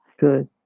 Good